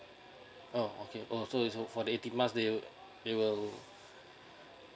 oh okay oh so you so for the eighteen months they they will uh